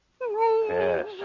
Yes